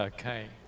Okay